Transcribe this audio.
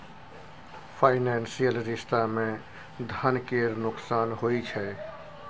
financial रिश्ता मे धन केर नोकसान होइ छै